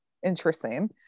interesting